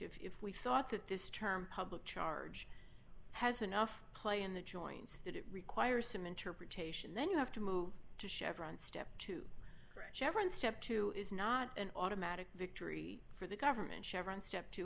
if we thought that this term public charge has enough play in the joints that it requires some interpretation then you have to move to chevron step two chevron step two is not an automatic victory for the government chevron step t